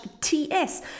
TS